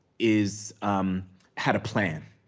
is had a plan,